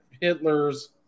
Hitler's